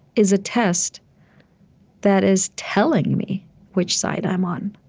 is a test that is telling me which side i'm on